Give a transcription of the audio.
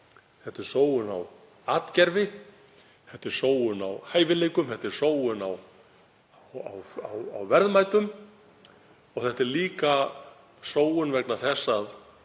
Þetta er sóun á atgervi. Þetta er sóun á hæfileikum. Þetta er sóun á verðmætum. Þetta er líka sóun vegna þess að